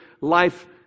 life